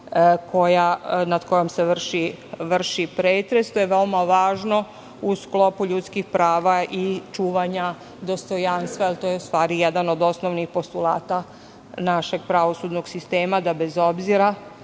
osoba nad kojom se vrši pretres. To je veoma važno u sklopu ljudskih prava i čuvanja dostojanstva, jer to je u stvari jedan od osnovnih postulata našeg pravosudnog sistema, da bez obzira